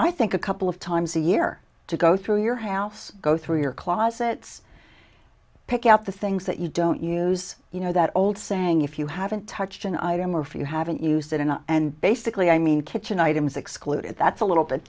i think a couple of times a year to go through your house go through your closets pick out the things that you don't use you know that old saying if you haven't touched an item or if you haven't use it enough and basically i mean kitchen items excluded that's a little bit